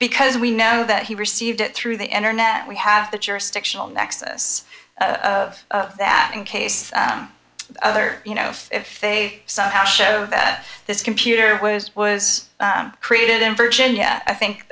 because we know that he received it through the internet we have the jurisdictional nexus of that in case other you know if they somehow show that this computer was was created in virginia i think